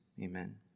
amen